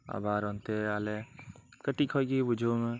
ᱟᱵᱟᱨ ᱚᱱᱛᱮ ᱟᱞᱮ ᱠᱟᱹᱴᱤᱡ ᱠᱷᱚᱱ ᱜᱮ ᱵᱩᱡᱷᱟᱹᱣ ᱢᱮ